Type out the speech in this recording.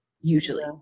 usually